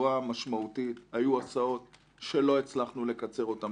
בצורה משמעותית, היו הסעות שלא הצלחנו לקצר אותן